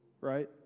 right